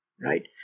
right